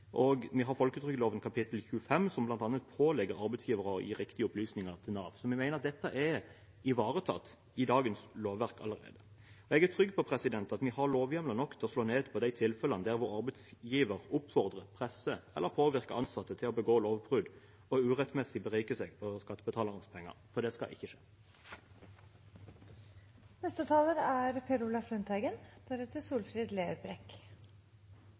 Og vi har folketrygdlovens kapittel 25, som bl.a. pålegger arbeidsgivere å gi riktige opplysninger til Nav. Så vi mener at dette er ivaretatt i dagens lovverk allerede. Jeg er trygg på at vi har lovhjemler nok til å slå ned på de tilfellene hvor arbeidsgiver oppfordrer, presser eller påvirker ansatte til å begå lovbrudd og urettmessig beriker seg på skattebetalernes penger, for det skal ikke